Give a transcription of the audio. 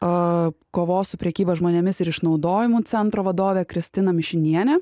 o kovos su prekyba žmonėmis ir išnaudojimu centro vadovė kristina mišinienė